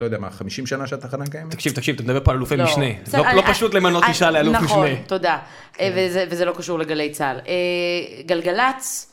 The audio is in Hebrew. לא יודע מה, חמישים שנה שהתחנה קיימת? תקשיב, תקשיב, אתה מדבר פה על אלופי משנה. לא פשוט למנות אישה לאלוף משנה. נכון, תודה. וזה לא קשור לגלי צהל. גלגלצ.